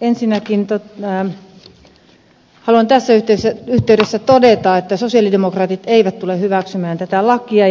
ensinnäkin haluan tässä yhteydessä todeta että sosialidemokraatit eivät tule hyväksymään tätä lakia